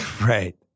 Right